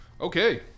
Okay